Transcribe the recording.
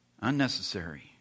Unnecessary